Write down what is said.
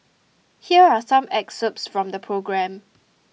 here are some excerpts from the programme